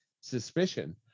suspicion